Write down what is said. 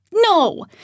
No